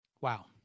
Wow